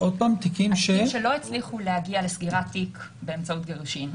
התיקים שלא הצליחו להגיע לסגירת תיק באמצעות גירושין,